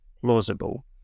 plausible